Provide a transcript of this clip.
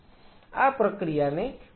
આ પ્રક્રિયાને D adaptation કહેવામાં આવે છે